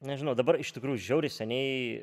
nežinau dabar iš tikrųjų žiauriai seniai